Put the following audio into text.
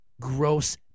gross